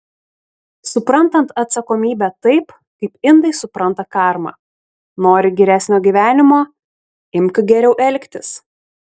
suprantant atsakomybę taip kaip indai supranta karmą nori geresnio gyvenimo imk geriau elgtis